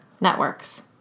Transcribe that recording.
networks